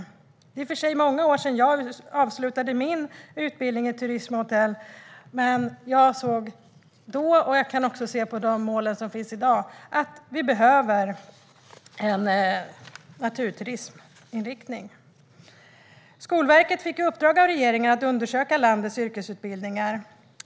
Det är i och för sig många år sedan jag avslutade min utbildning i turism och hotell, men jag såg redan då och kan också se på de mål som finns i dag att vi behöver en inriktning på naturturism. Skolverket fick i uppdrag av regeringen att undersöka landets yrkesutbildningar.